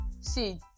see